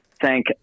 thank